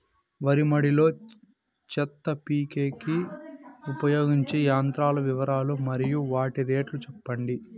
వరి మడి లో చెత్త పీకేకి ఉపయోగించే యంత్రాల వివరాలు మరియు వాటి రేట్లు చెప్పండి?